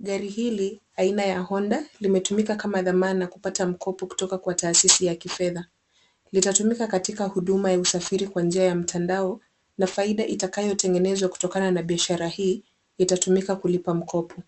Gari hili aina ya Honda limetumika kama dhamana kupata mkopo kutoka kwa taasisi ya kifedha. Litatumika katika huduma ya usafiri kwa njia ya mtandao na faida itakayotengenezwa kutokana na biashara hii itatumika kulipa mkopo.